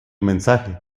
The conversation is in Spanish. mensaje